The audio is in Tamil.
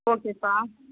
ஓகேப்பா